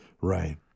Right